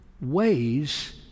ways